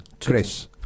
Chris